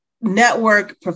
network